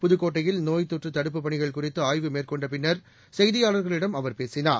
புதுக்கோட்டையில் நோய் தொற்றுதடுப்புப் பணிகள் குறித்துஆய்வு மேற்கொண்டபின்னா் செய்தியாளர்களிடம் அவர் பேசினார்